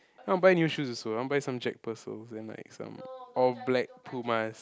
I want buy new shoes also I want buy some Jack-Purcell and like some all black Pumas